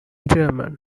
german